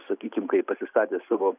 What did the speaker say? sakykim kai ji pasistatė savo